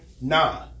nah